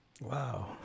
Wow